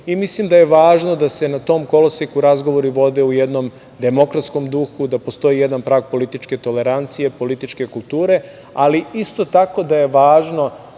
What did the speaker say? Srbiji. Mislim da je važno da se na tom koloseku razgovori vode u jednom demokratskom duhu, da postoji jedan prag političke tolerancije, političke kulture, ali isto tako da je važno,